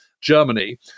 Germany